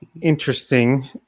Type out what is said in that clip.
interesting